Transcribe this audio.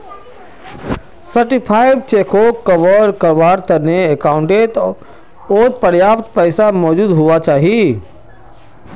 certified चेकोक कवर कारवार तने अकाउंटओत पर्याप्त पैसा मौजूद हुवा चाहि